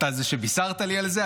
אתה זה שבישרת לי על זה,